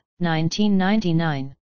1999